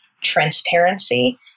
transparency